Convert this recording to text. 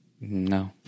No